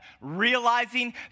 realizing